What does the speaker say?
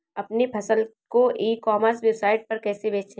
अपनी फसल को ई कॉमर्स वेबसाइट पर कैसे बेचें?